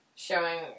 Showing